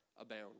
abound